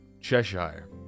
Cheshire